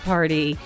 Party